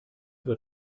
wird